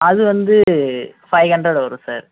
அது வந்து five hundred வரும் சார்